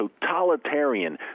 totalitarian